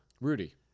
Rudy